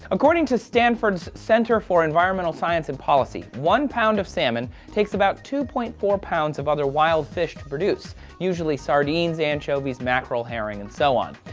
according to stanford's center for environmental science and policy, one pound of salmon takes about two point four pounds of other wild fish to produce usually sardines, anchovies, mackerel, herring and so on.